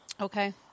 Okay